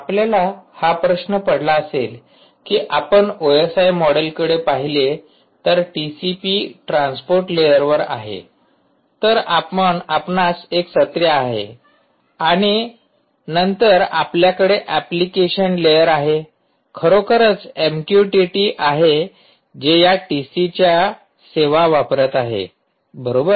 आपल्याला हा प्रश्न पडला असेल की आपण ओएसआय मॉडेलकडे पाहिले तर टीसीपी ट्रान्सपोर्ट लेयरवर आहे तर आपणास एक सत्र आहे आणि नंतर आपल्याकडे एप्लिकेशन लेयर आहे खरोखरच आहे जे या टीसीच्या सेवा वापरत आहे बरोबर